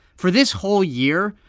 for this whole year,